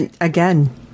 Again